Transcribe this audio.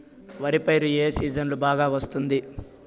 వరి పైరు ఏ సీజన్లలో బాగా వస్తుంది